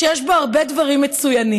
שיש בו הרבה דברים מצוינים,